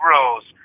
Rose